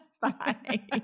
Bye